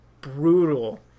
brutal